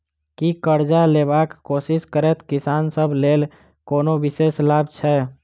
की करजा लेबाक कोशिश करैत किसान सब लेल कोनो विशेष लाभ छै?